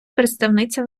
представниця